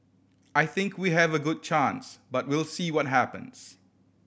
I think we have a good chance but we'll see what happens